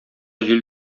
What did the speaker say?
җил